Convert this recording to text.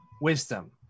Wisdom